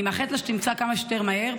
אני מאחלת לה שתמצא כמה שיותר מהר.